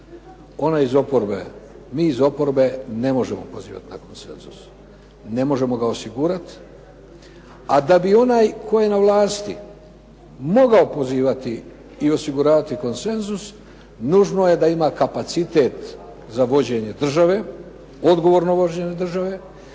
onaj tko ima vlast, mi iz oporbe ne možemo pozivati na konsenzus, ne možemo ga osigurati. A da bi onaj tko je na vlasti mogao pozivati i osiguravati konsenzus nužno je da ima kapacitet za vođenje države, odgovorno vođenje države.